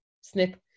snip